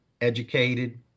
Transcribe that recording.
educated